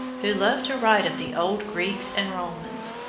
who loved to write of the old greeks and romans.